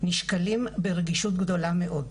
נשקלים ברגישות גדולה מאוד.